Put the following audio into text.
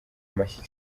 amashyi